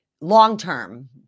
long-term